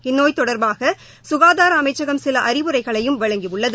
இந்நோய் தொடர்பாக சுகாதார அமைச்சகம் சில அறிவுரைகளையும் வழங்கியுள்ளது